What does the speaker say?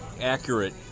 accurate